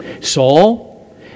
Saul